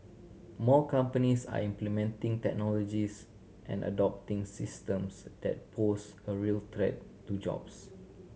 more companies are implementing technologies and adopting systems that pose a real threat to jobs